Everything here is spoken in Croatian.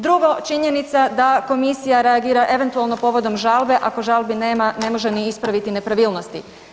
Drugo, činjenica da komisija reagira eventualno povodom žalbe, ako žalbi nema, ne možemo ni ispraviti nepravilnosti.